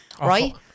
right